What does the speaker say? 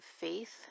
faith